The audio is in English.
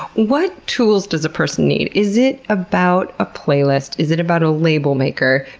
what tools does a person need? is it about a playlist? is it about a label maker?